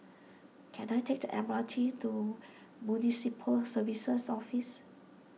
can I take the M R T to Municipal Services Office